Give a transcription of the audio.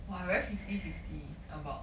!wah! I very fifty fifty about